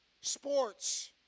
Sports